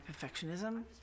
perfectionism